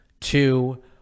two